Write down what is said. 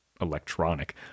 Electronic